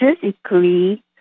physically